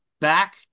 back